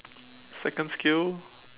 second skill